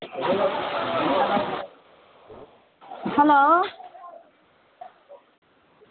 hello